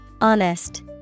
Honest